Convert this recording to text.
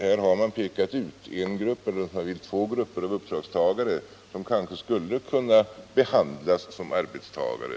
Här har pekats ut en eller, om man så vill, två grupper av uppdragstagare som kanske skulle kunna behandlas som arbetstagare.